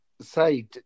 say